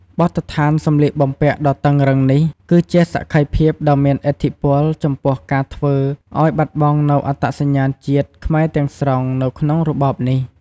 បទដ្ឋានសម្លៀកបំពាក់ដ៏តឹងរ៉ឹងនេះគឺជាសក្ខីភាពដ៏មានឥទ្ធិពលចំពោះការធ្វើឱ្យបាត់បង់នូវអត្តសញ្ញាណជាតិខ្មែរទាំងស្រុងនៅក្នុងរបបនេះ។